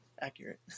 accurate